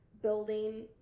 building